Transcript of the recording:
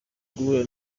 guhura